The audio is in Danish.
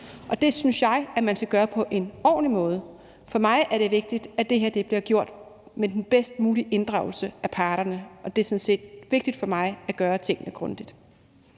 og det synes jeg at man skal gøre på en ordentlig måde. For mig er det vigtigt, at det her bliver gjort med den bedst mulige inddragelse af parterne, og det er sådan set vigtigt for mig at gøre tingene grundigt.